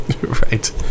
Right